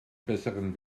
besseren